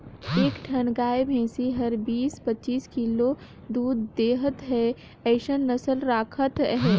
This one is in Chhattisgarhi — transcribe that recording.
एक ठन गाय भइसी हर बीस, पचीस किलो दूद देहत हे अइसन नसल राखत अहे